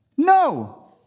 No